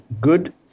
good